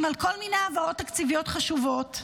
על כל מיני העברות תקציביות חשובות.